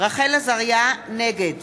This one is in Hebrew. נגד